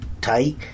tight